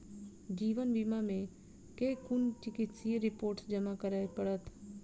जीवन बीमा मे केँ कुन चिकित्सीय रिपोर्टस जमा करै पड़त?